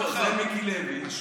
לא, זה מיקי לוי.